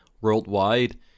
worldwide